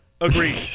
Agreed